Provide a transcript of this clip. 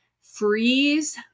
Freeze